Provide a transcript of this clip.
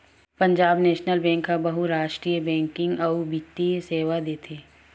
Punjab national bank ह बहुरास्टीय banking अउ बित्तीय सेवा देथे